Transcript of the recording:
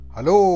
Hello